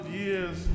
years